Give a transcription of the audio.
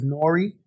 Nori